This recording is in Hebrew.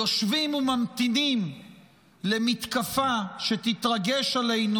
יושבים וממתינים למתקפה שתתרגש עלינו,